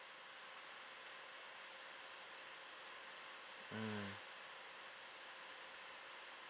mm